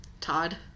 Todd